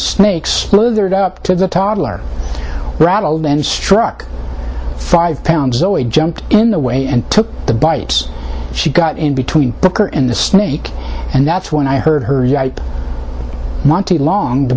snakes up to the toddler rattled and struck five pounds so he jumped in the way and took the bites she got in between brooke or in the snake and that's when i heard her monte long the